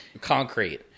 Concrete